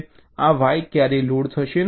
આ Y ક્યારેય load થશે નહીં